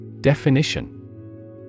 Definition